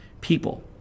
people